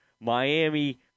Miami